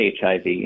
HIV